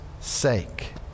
sake